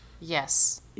Yes